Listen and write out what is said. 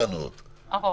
לכם,